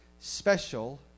special